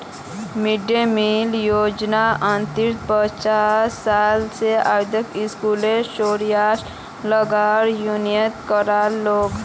mid day meal योज्नार अंतर्गत पच्चीस लाख से अधिक स्कूलोत रोसोइया लार नियुक्ति कराल गेल